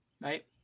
Right